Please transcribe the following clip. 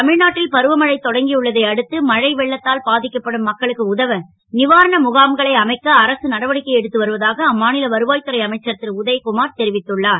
தமி நாட்டில் பருவமழை தொடங்கியுள்ளதை அடுத்து மழை வெள்ளத்தால் பா க்கப்படும் மக்களுக்கு உதவ வாரண முகாம்களை அமைக்க அரசு நடவடிக்கை எடுத்து வருவதாக அம்மா ல வருவா த்துறை அமைச்சர் ரு உத குமார் தெரிவித்துள்ளார்